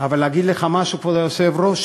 אבל להגיד לך משהו, כבוד היושב-ראש?